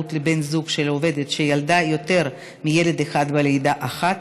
והורות לבן זוג של עובדת שילדה יותר מילד אחד בלידה אחת),